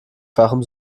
fachem